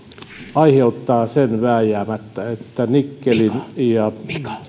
aiheuttaa vääjäämättä sen että nikkelin ja